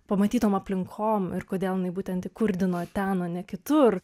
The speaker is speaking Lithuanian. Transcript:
pamatytom aplinkom ir kodėl jinai būtent įkurdino ten o ne kitur